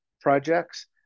projects